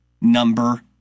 number